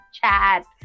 chat